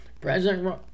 President